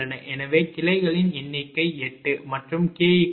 எனவே கிளைகளின் எண்ணிக்கை 8 மற்றும் 𝑘 12